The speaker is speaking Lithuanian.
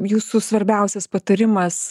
jūsų svarbiausias patarimas